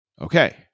okay